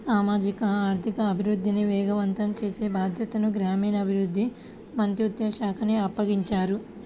సామాజిక ఆర్థిక అభివృద్ధిని వేగవంతం చేసే బాధ్యతను గ్రామీణాభివృద్ధి మంత్రిత్వ శాఖకు అప్పగించారు